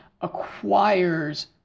acquires